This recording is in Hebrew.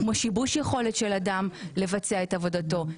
גם שיבוש יכולת של אדם לבצע את עבודתו,